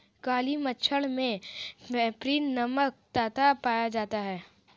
काली मिर्च मे पैपरीन नामक तत्व पाया जाता है